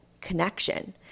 connection